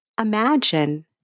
imagine